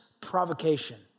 provocation